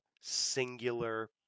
singular